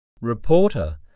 Reporter